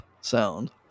sound